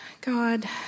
God